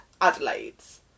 Adelaide's